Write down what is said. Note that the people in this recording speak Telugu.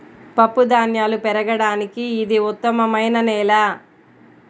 పప్పుధాన్యాలు పెరగడానికి ఇది ఉత్తమమైన నేల